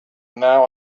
now